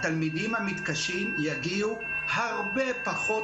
התלמידים המתקשים יגיעו הרבה פחות